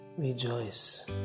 Rejoice